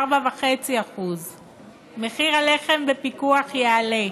ב-4.5%; מחיר הלחם בפיקוח יעלה,